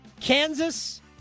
kansas